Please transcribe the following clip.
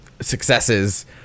successes